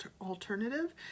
alternative